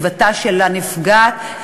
ולסביבת הנפגעת.